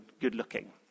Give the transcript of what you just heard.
good-looking